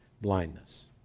blindness